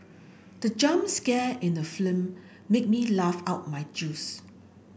the jump scare in the film made me laugh out my juice